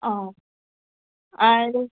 आ आनी